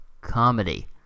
comedy